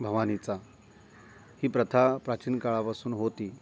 भवानीचा ही प्रथा प्राचीन काळापासून होती